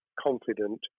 confident